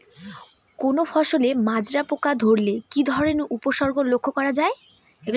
কোনো ফসলে মাজরা পোকা ধরলে কি ধরণের উপসর্গ লক্ষ্য করা যায়?